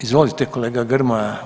Izvolite kolega Grmoja.